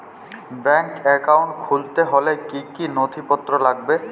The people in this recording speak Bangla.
ব্যাঙ্ক একাউন্ট খুলতে হলে কি কি নথিপত্র লাগবে?